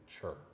church